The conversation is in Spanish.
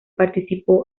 participó